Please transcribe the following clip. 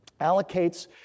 allocates